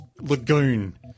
lagoon